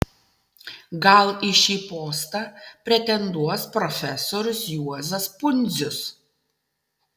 gal į šį postą pretenduos profesorius juozas pundzius